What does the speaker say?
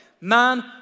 Man